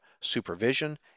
supervision